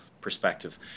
perspective